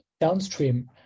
downstream